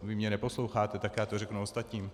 Vy mě neposloucháte, tak já to řeknu ostatním.